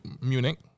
Munich